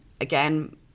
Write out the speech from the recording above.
again